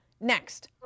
next